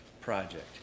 project